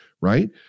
right